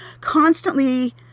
constantly